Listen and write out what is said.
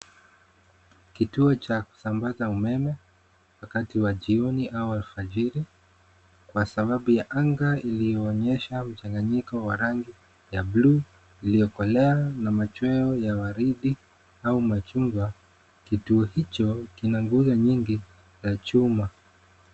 Kituo cha kusambaza umeme. Wakati wa asubuhi au alfajiri kwa sababu ya anga iliyoonyesha mchanganyiko wa rangi ya bluu iliyokolea na machweo ya waridi au machungwa. Kituo hicho kina nguzo nyingi ya chuma.